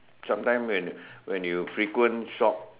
sometime when when you frequent shop